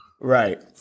Right